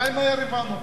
די מהר הבנו.